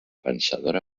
vencedora